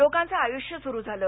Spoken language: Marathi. लोकांचं आयुष्य सुरू झालं